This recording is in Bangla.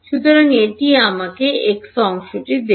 সুতরাং এটি আমাকে এক্স অংশটি দেবে